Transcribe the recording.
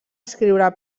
escriure